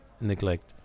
neglect